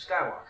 Skywalker